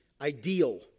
ideal